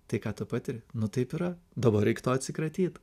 tai ką tu patiri nu taip yra dabar reiktų atsikratyt